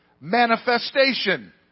manifestation